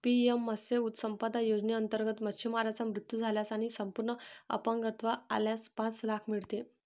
PM मत्स्य संपदा योजनेअंतर्गत, मच्छीमाराचा मृत्यू झाल्यास आणि संपूर्ण अपंगत्व आल्यास पाच लाख मिळते